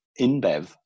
InBev